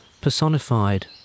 personified